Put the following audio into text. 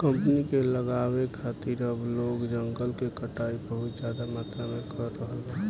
company के लगावे खातिर अब लोग जंगल के कटाई बहुत ज्यादा मात्रा में कर रहल बा